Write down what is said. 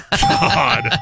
God